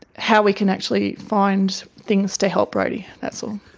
how we can actually find things to help brodie, that's all.